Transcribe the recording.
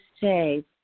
say